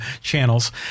channels